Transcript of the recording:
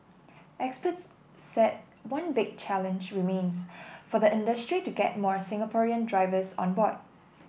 experts said one big challenge remains for the industry to get more Singaporean drivers on board